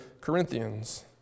Corinthians